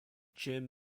gym